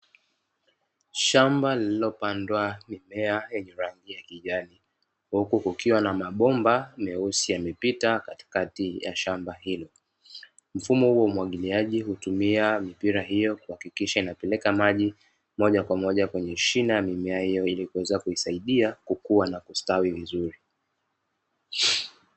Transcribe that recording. Shamba lililopandwa mimea yenye rangi ya kijani, huku kukiwa na mabomba meusi yamepita katikati ya shamba hilo, mfumo huu wa umwagiliaji hutumia mipira hiyo kuhakikisha inapeleka maji moja kwa moja kwenye shina ya mimea hiyo ili kuweza kuisaidia kukua na kustawi vizuri.